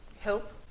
help